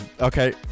okay